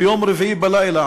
ביום רביעי בלילה,